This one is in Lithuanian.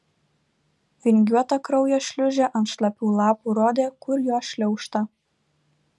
vingiuota kraujo šliūžė ant šlapių lapų rodė kur jo šliaužta